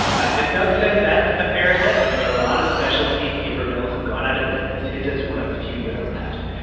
ah doug says that's a fair assessment. i mean, a lot of specialty paper mills have gone out of business. his is one of the few that are left.